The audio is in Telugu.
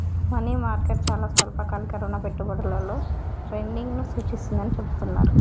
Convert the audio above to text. మనీ మార్కెట్ చాలా స్వల్పకాలిక రుణ పెట్టుబడులలో ట్రేడింగ్ను సూచిస్తుందని చెబుతున్నరు